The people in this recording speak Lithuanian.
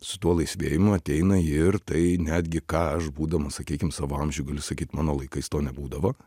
su tuo laisvėjimu ateina ir tai netgi ką aš būdamas sakykim savo amžiuj galiu sakyt mano laikais to nebūdavo